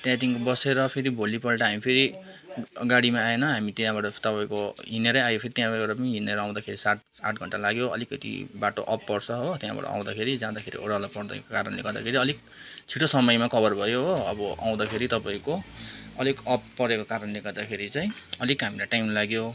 त्यहाँदेखि बसेर फेरि भोलिपल्ट हामी फेरि गाडीमा आएन हामी त्यहाँबाट तपाईँको हिँडेरै आयो फेरि त्यहाँबाट पनि हिँडेरै आउँदाखेरि सात आठ घन्टा लाग्यो अलिकति बाटो अप पर्छ हो त्यहाँबाट आउँदाखेरि जाँदाखेरि ओह्रालो परिदिएको कारणले गर्दाखेरि अलिक छिटो समयमा कभर भयो हो अब आउँदाखेरि तपाईँको अलिक अप परेको कारणले गर्दाखेरि चाहिँ अलिक हामीलाई टाइम लाग्यो